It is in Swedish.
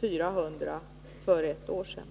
400 för ett år sedan.